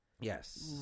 Yes